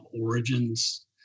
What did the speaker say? origins